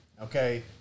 okay